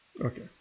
Okay